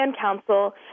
council